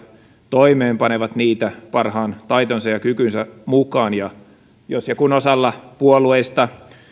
toimeenpanevat niitä parhaan taitonsa ja kykynsä mukaan jos ja kun osalla puolueista